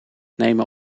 nemen